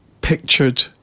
pictured